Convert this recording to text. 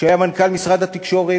שהיה מנכ"ל משרד התקשורת,